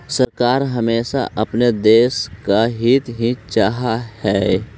सरकार हमेशा अपने देश का हित ही चाहा हई